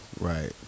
Right